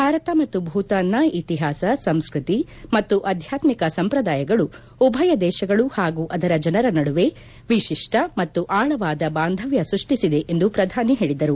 ಭಾರತ ಮತ್ತು ಭೂತಾನ್ನ ಇತಿಹಾಸ ಸಂಸ್ಕೃತಿ ಮತ್ತು ಆಧ್ಯಾತ್ಮಿಕ ಸಂಪ್ರದಾಯಗಳು ಉಭಯ ದೇಶಗಳು ಮತ್ತು ಅದರ ಜನರ ನಡುವೆ ವಿಶಿಷ್ಟ ಮತ್ತು ಆಳವಾದ ಬಾಂಧವ್ಯವನ್ನು ಸೃಷ್ಟಿಸಿದೆ ಎಂದು ಪ್ರಧಾನಿ ಹೇಳಿದರು